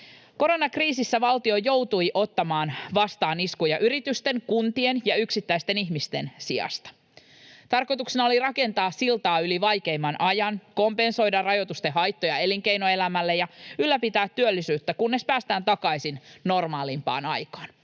Koronakriisissä valtio joutui ottamaan vastaan iskuja yritysten, kuntien ja yksittäisten ihmisten sijasta. Tarkoituksena oli rakentaa siltaa yli vaikeimman ajan, kompensoida rajoitusten haittoja elinkeinoelämälle ja ylläpitää työllisyyttä, kunnes päästään takaisin normaalimpaan aikaan.